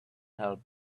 help